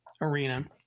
arena